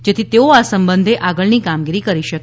જેથી તેઓ આ સંબંધે આગળની કામગીરી કરી શકે